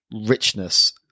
richness